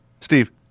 Steve